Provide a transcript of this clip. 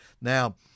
Now